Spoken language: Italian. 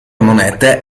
monete